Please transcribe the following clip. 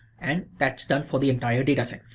and that's done for the entire data set.